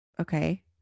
Okay